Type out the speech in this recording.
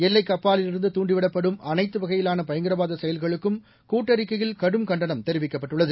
எல்லைக்கு அப்பாலிலிருந்து துண்டிவிடப்படும் அனைத்து வகையிவாள பயங்கரவாத செயல்களுக்கும் கூட்டறிக்கையில் கடும் கண்டனம் தெரிவிக்கப்பட்டுள்ளது